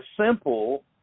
simple